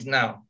now